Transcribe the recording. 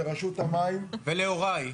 לרשות המים,